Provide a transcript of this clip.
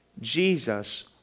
Jesus